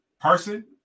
person